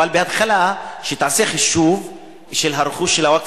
אבל בהתחלה תעשה חישוב של רכוש הווקף